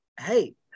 hey